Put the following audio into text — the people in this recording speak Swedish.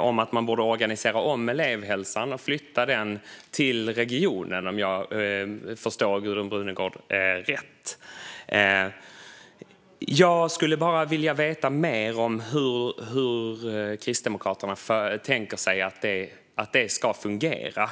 om att man borde organisera om elevhälsan och flytta den till regionen, om jag förstår Gudrun Brunegård rätt. Jag skulle vilja veta mer om hur Kristdemokraterna tänker sig att detta ska fungera.